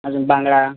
अजून बांगडा